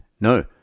No